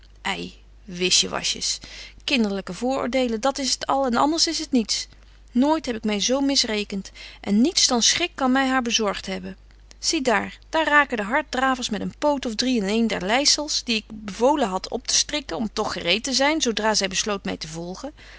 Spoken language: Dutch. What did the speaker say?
wordt ei wisjewasjes kinderlyke vooroordelen dat is t al en anders is t niets nooit heb ik my zo misrekent en niets dan schrik kan my haar bezorgt hebben zie daar daar raken de harddravers met een poot of drie in een der leizels die ik bevolen had optestrikken om toch gereet te zyn zo dra zy besloot my te volgen